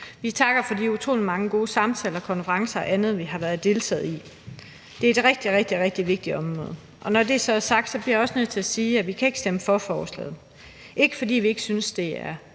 vi takker for de utrolig mange gode samtaler, konferencer og andet, vi har deltaget i. Det er et rigtig, rigtig vigtigt område. Når det så er sagt, bliver jeg også nødt til at sige, at vi ikke kan stemme for forslaget, ikke fordi vi ikke synes det er